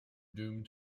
doomed